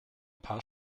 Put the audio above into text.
paar